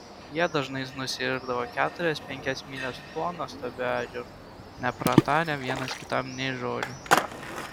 jie dažnai nusiirdavo keturias penkias mylias tuo nuostabiu ežeru nepratarę vienas kitam nė žodžio